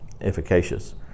efficacious